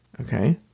okay